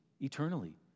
eternally